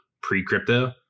pre-crypto